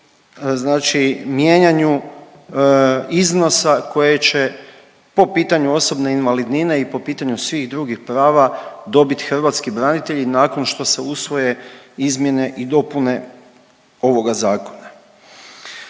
znači mijenjanju iznosa koje će po pitanju osobne invalidnine i po pitanju svih drugih prava dobiti hrvatski branitelji nakon što se usvoje izmjene i dopune ovoga Zakona.